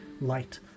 light